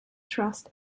trust